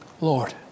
Lord